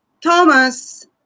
Thomas